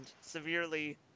severely